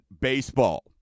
baseball